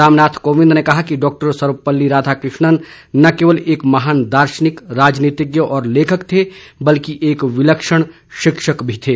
रामनाथ कोविंद ने कहा कि डॉक्टर सर्वपल्ली राधाकृष्णन न केवल एक महान दार्शनिक राजनीतिज्ञ और लेखक थे बल्कि एक विलक्षण शिक्षक भी थे